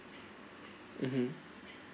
(uh huh)